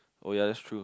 oh ya that's true